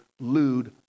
lewd